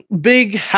big